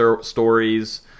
stories